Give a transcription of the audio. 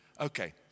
Okay